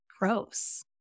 gross